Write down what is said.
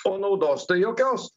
o naudos tai jokios